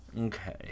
Okay